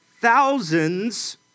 thousands